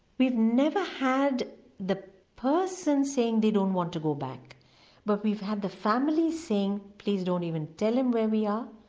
we've never had the person saying they don't want to go back but we've had the families saying please don't even tell him where we are,